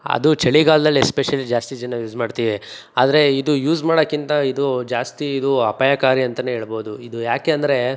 ಅದು ಚಳಿಗಾಲದಲ್ಲಿ ಎಸ್ಪೆಶಲಿ ಜಾಸ್ತಿ ಜನ ಯೂಸ್ ಮಾಡ್ತೀವಿ ಆದರೆ ಇದು ಯೂಸ್ ಮಾಡಕ್ಕಿಂತ ಇದು ಜಾಸ್ತಿ ಇದು ಅಪಾಯಕಾರಿ ಅಂತ ಹೇಳ್ಬೌದು ಇದು ಯಾಕೆ ಅಂದರೆ